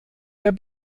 der